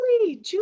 Julie